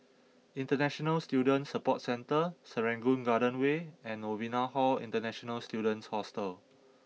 international Student Support Centre Serangoon Garden Way and Novena Hall International Students Hostel